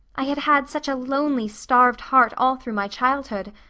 i had had such a lonely, starved heart all through my childhood.